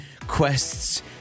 quests